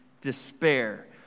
Despair